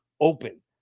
open